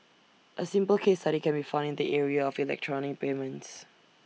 A simple case study can be found in the area of electronic payments